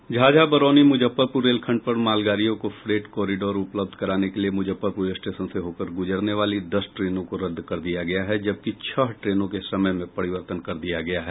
झाझा बरौनी मूजफ्फरपूर रेलखंड पर मालगाड़ियों को फ्रेट कॉरिडोर उपलब्ध कराने के लिये मुजफ्फरपुर स्टेशन से होकर गुजरने वाली दस ट्रेनों को रद्द कर दिया गया है जबकि छह ट्रेनों के समय में परिर्वतन कर दिया गया है